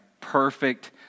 perfect